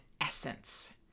essence